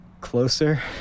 closer